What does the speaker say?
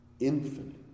infinite